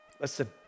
Listen